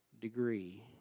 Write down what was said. degree